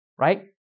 right